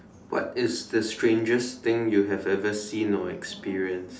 what is the strangest thing you have ever seen or experienced